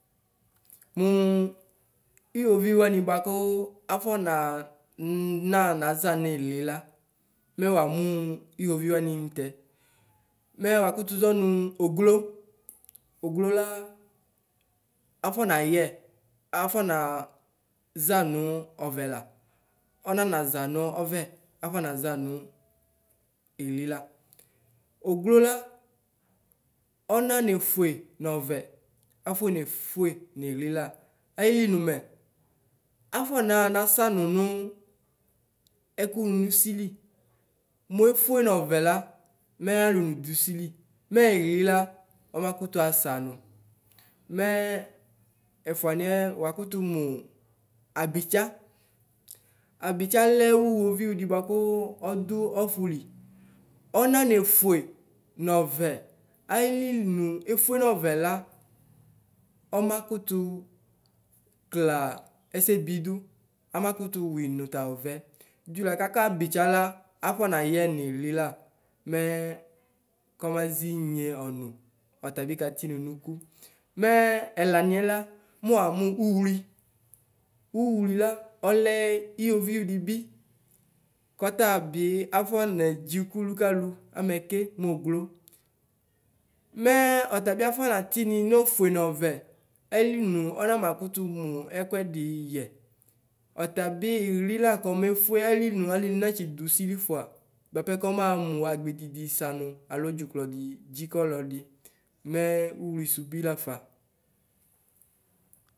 Mʋ waʒɔ alɛ bʋakʋ ɩwovɩʋ bʋakʋ afɔnaʒa nʋvivili bʋakʋ afɔ nadʋ ɔbɛlɩa alɛ kafɔ nekele kanasɛ nivili mʋ kʋ mayɔ ɩwovɩʋ dɩla wakʋtʋ yɔ akpatsɔ la ɔlɛ ɩwovɩʋ dɩ bʋakʋ ɔdʋ ivili ɛyɩsɩayɩ akpatsɔ bʋapɛ kɔmasɛ bʋakɛ kɔma bana yɛ nɔbɛlɩ la afɔ nadʋ ivieli mɛ ayɔ ayɩvabʋ wanɩ mɛ ekeke ayɩvabʋ wanɩ mɛ ayɔ kasɛ nʋ ivieli mʋ ɛfʋanɩɛ la wakʋtʋ yɔ ɛkpa ɛkpadɔ la ɔta bɩ lɛ ɩwivɩʋ dɩ bʋakafɔ naʒa nʋ ɔbelɩ afɔnaʒa nʋ ivili ɛyɩsɩayɩ mɛ ɛkpadɔ bɩ la afɔ nayɔ ayɔsɛ dʋnʋ ayʋ ayaɣla ɛna wanɩ mɛ ayɔ kasɛ nʋ ivueli mɛ ɛkpa la mɛlafɔ naka kʋ ɔta kanasɛ nʋ ivieli ayɔ ayɔsɛ nʋdʋ la mayɔ kakpɔ ɔkakpɔ ɔsɛ nivieli mafɔ neya dʋfa ɔtabɩ kɔnasɛ nʋ ivieli mɛ wayɔ ɩkpǝ mʋ wayɔ ikpǝ la mɛ ikpǝ taa afɔ nayɔ ayɩ ɩfɔbɔtsɔ wanɩ yɔna ma nʋ ʋtɩkpa nivi ayʋtɩ mɛ ɔka sɛsɛ ɔtala afɔ neyadʋfa kɔnass kɔnaʒa nʋ ɔbɛlɩ.